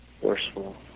forceful